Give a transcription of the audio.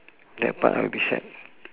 that part will be sad